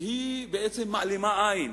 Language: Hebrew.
היא בעצם מעלימה עין